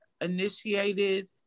initiated